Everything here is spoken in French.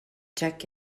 jack